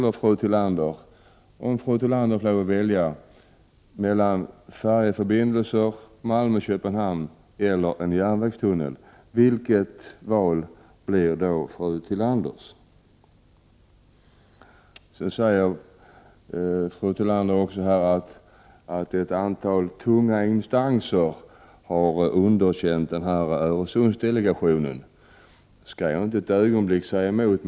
Om fru Tillander fick välja mellan å ena sidan färjeförbindelser mellan Malmö och Köpenhamn och å andra sidan en järnvägstunnel, vilket alternativ skulle hon då välja? Fru Tillander säger att ett antal tunga instanser har underkänt Öresundsdelegationen. Jag skall inte alls säga emot på den punkten.